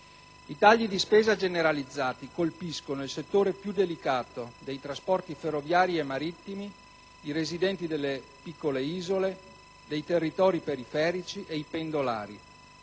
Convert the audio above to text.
I tagli di spesa generalizzati colpiscono il settore più delicato dei trasporti ferroviari e marittimi, i residenti delle piccole isole e dei territori periferici e i pendolari,